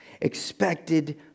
expected